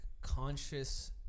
conscious